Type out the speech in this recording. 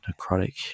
necrotic